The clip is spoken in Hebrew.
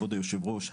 כבוד היושב-ראש,